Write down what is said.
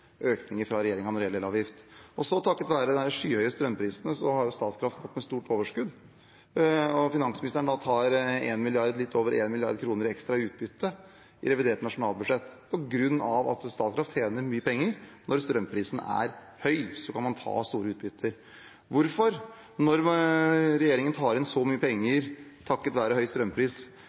fra regjeringen når det gjelder elavgift. Takket være de skyhøye strømprisene har Statkraft gått med stort overskudd. Finansministeren tar litt over 1 mrd. kr i ekstra utbytte i revidert nasjonalbudsjett på grunn av at Statkraft tjener mye penger. Når strømprisen er høy, kan man ta store utbytter. Når regjeringen tar inn så mye penger takket være høy strømpris